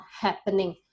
happening